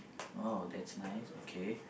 !wow! that's nice okay